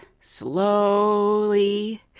slowly